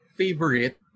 favorite